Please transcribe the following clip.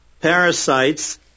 parasites